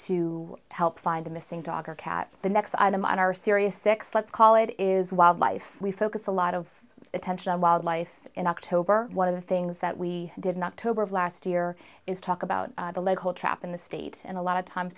to help find a missing dog or cat the next item on our serious six let's call it is wildlife we focus a lot of attention on wildlife in october one of the things that we did not tobar of last year is talk about the local trap in the state and a lot